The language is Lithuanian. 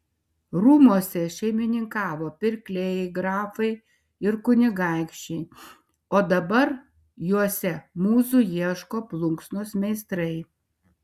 rūmuose šeimininkavo pirkliai grafai ir kunigaikščiai o dabar juose mūzų ieško plunksnos meistrai